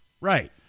right